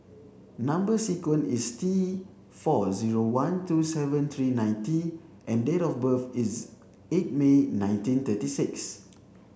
number sequence is T four zero one two seven three nine T and date of birth is eight May nineteen thirty six